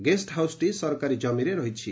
guest ହାଉସ୍ଟି ସରକାରୀ ଜମିରେ ରହିଛି